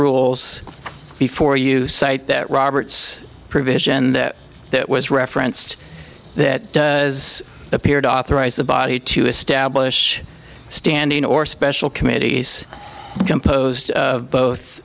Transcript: rules before you cite that roberts provision that it was referenced that has appeared authorize the body to establish standing or a special committee is composed of both